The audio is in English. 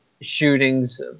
shootings